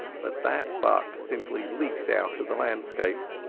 but that buck simply leaked out of the landscape.